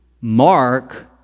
Mark